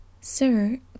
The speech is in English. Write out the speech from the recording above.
Sir